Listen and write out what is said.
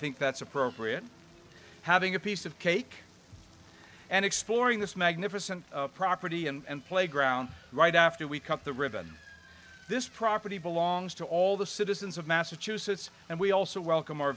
think that's appropriate having a piece of cake and exploring this magnificent property and playground right after we cut the ribbon this property belongs to all the citizens of massachusetts and we also welcome our